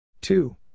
Two